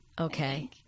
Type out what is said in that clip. Okay